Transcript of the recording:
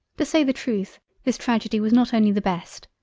to say the truth this tragedy was not only the best,